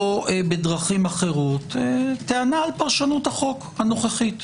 בדרכים אחרות טענה על פרשנות החוק הנוכחית.